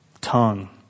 tongue